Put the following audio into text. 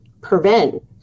prevent